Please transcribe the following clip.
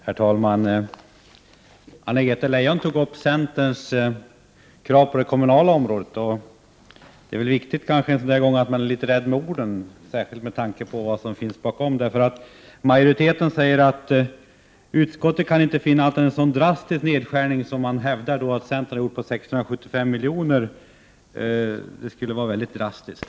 Herr talman! Anna-Greta Leijon tog upp centerns krav på det kommunala området. Det är kanske viktigt att vara något försiktig med orden, särskilt med tanke på vad som ligger till grund för centerns krav. Majoriteten hävdar att en nedskärning på 675 milj.kr. som centern föreslår skulle vara väldigt drastisk.